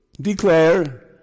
Declare